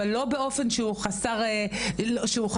אבל לא באופן שהוא חסר קריטריונים.